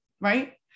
right